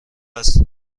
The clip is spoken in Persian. است